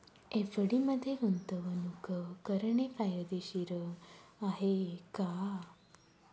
FD मध्ये गुंतवणूक करणे फायदेशीर आहे का?